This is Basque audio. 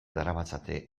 daramatzate